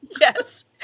Yes